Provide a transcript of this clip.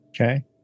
Okay